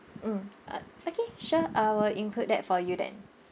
mm uh okay sure I will include that for you then